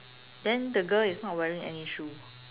then the girl is not wearing any shoe